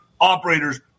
operators